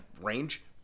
range